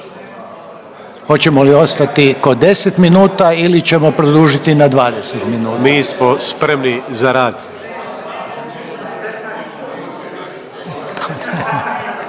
Hoćemo li ostati kod 10 minuta ili ćemo produžiti na 20 minuta? .../Upadica